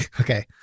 Okay